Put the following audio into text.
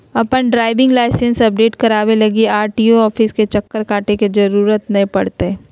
अपन driving license update कराबे लगी आर.टी.ओ ऑफिस के चक्कर काटे के जरूरत नै पड़तैय